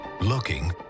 looking